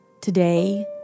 Today